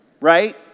Right